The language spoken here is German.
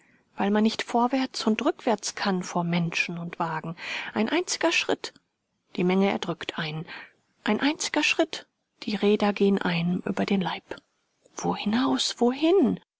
weil man nicht vorwärts und rückwärts kann vor menschen und wagen ein einziger schritt die menge erdrückt einen ein einziger schritt die räder gehen einem über den leib wohinaus wohin